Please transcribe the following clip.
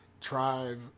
tribe